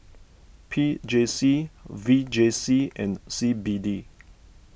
P J C V J C and C B D